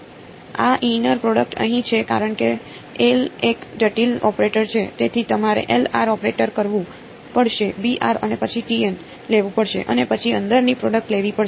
આ inner product અહીં છે કારણ કે એલ એક જટિલ ઓપરેટર છે તેથી તમારે ઑપરેટ કરવું પડશે અને પછી લેવું પડશે અને પછી અંદરની પ્રોડક્ટ લેવી પડશે